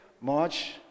March